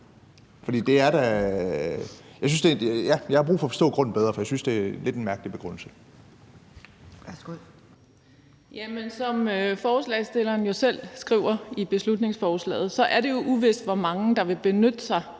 Jeg har brug for at forstå grunden bedre, for jeg synes, det er en lidt mærkelig begrundelse.